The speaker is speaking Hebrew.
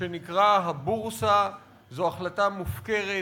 שנקרא הבורסה זו החלטה מופקרת,